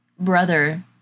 brother